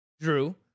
Drew